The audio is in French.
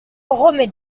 remets